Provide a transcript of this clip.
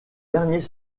derniers